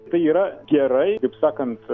tai yra gerai taip sakant